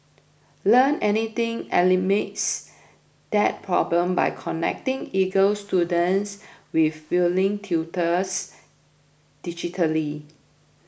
Learn Anything eliminates that problem by connecting eager students with willing tutors digitally